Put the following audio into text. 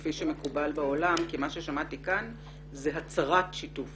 כפי שמקובל בעולם כי מה ששמעתי כאן זאת הצהרת שיתוף